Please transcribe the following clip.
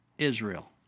Israel